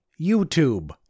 youtube